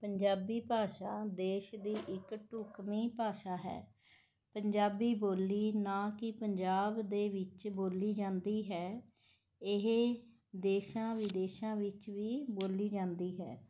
ਪੰਜਾਬੀ ਭਾਸ਼ਾ ਦੇਸ਼ ਦੀ ਇੱਕ ਢੁੱਕਵੀਂ ਭਾਸ਼ਾ ਹੈ ਪੰਜਾਬੀ ਬੋਲੀ ਨਾ ਕਿ ਪੰਜਾਬ ਦੇ ਵਿੱਚ ਬੋਲੀ ਜਾਂਦੀ ਹੈ ਇਹ ਦੇਸ਼ਾਂ ਵਿਦੇਸ਼ਾਂ ਵਿੱਚ ਵੀ ਬੋਲੀ ਜਾਂਦੀ ਹੈ